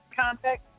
contact